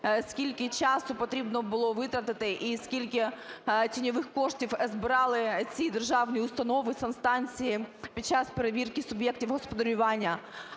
скільки часу потрібно було витратити і скільки тіньових коштів збирали ці державні установи санстанції під час перевірки суб'єктів господарювання.